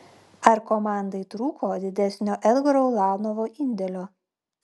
ar komandai trūko didesnio edgaro ulanovo indėlio